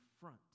front